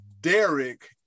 Derek